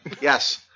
Yes